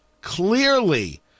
clearly